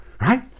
right